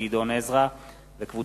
מאת